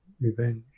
revenge